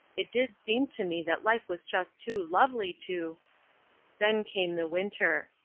it did seem to me that life was just too lovely to then came the winter.